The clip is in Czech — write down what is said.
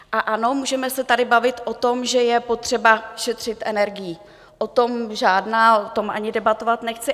A ano, můžeme se tady bavit o tom, že je potřeba šetřit energií, o tom ani debatovat nechci.